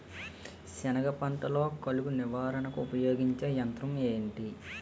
సెనగ పంటలో కలుపు నివారణకు ఉపయోగించే యంత్రం ఏంటి?